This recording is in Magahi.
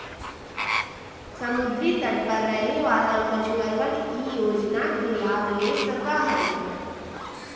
समुद्री तट पर रहे वाला मछुअरवन ई योजना के लाभ ले सका हई